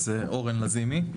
אז אורן לזימי,